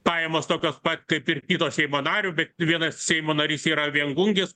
pajamos tokios pat kaip ir kito seimo nario bet vienas seimo narys yra viengungis